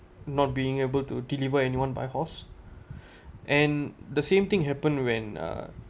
not being able to deliver anyone by horse and the same thing happen when uh